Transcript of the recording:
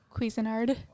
Cuisinart